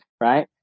right